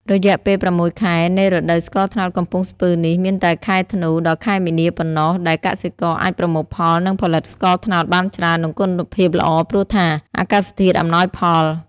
រយៈពេល៦ខែ នៃរដូវស្ករត្នោតកំពង់ស្ពឺនេះ មានតែខែធ្នូ ដល់ខែមីនាប៉ុណ្ណោះ ដែលកសិករអាចប្រមូលផល និងផលិតស្ករត្នោតបានច្រើន និងគុណភាពល្អ ព្រោះថា អាកាសធាតុអំណាយផល។